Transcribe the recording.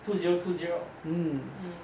two zero two zero mm